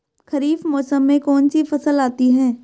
खरीफ मौसम में कौनसी फसल आती हैं?